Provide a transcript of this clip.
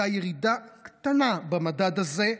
הייתה ירידה קטנה במדד הזה,